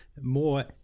more